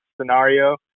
scenario